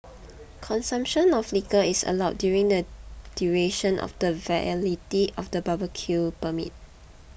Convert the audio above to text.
consumption of liquor is allowed during the duration of the validity of the barbecue permit